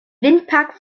windpark